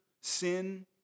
sin